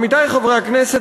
עמיתי חברי הכנסת,